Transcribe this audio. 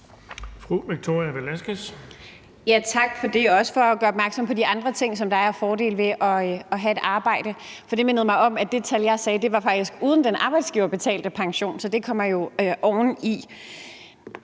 Tak for det, og også tak for at gøre opmærksom på de andre ting, som der er af fordele ved at have et arbejde, for det mindede mig om, at det tal, jeg sagde, faktisk var uden den arbejdsgiverbetalte pension, så det kommer jo oveni.